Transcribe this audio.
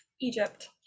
Egypt